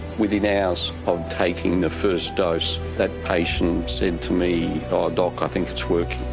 within hours of taking the first dose, that patient said to me, oh doc, i think it's working.